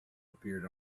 appeared